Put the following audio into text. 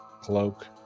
cloak